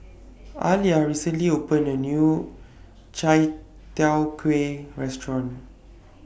Alia recently opened A New Chai Tow Kway Restaurant